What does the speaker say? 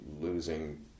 losing